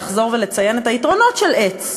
לחזור ולציין את היתרונות של עץ: